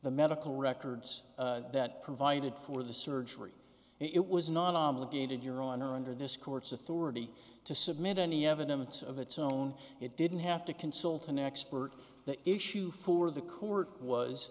the medical records that provided for the surgery and it was not obligated you're on or under this court's authority to submit any evidence of its own it didn't have to consult an expert that issue for the court was